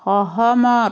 সহমত